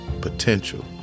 potential